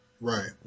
Right